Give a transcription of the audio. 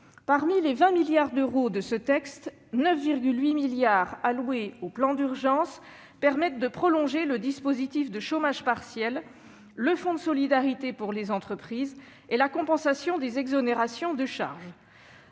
Parmi les 20 milliards d'euros de ce texte, 9,8 milliards alloués au plan d'urgence permettent de prolonger le dispositif de chômage partiel, le fonds de solidarité pour les entreprises et la compensation des exonérations de charges.